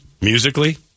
Musically